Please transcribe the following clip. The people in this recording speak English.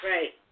Right